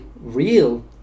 real